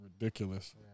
Ridiculous